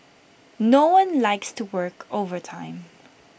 no one likes to work overtime